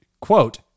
quote